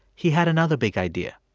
he had another big idea.